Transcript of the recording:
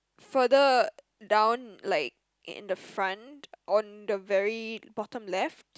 further down like in the front on the very bottom left